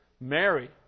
Mary